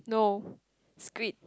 no it's green